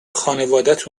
خانوادت